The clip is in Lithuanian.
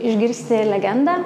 išgirsti legendą